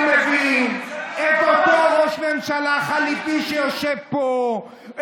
אני מבין את אותו ראש ממשלה חליפי שיושב פה,